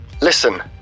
Listen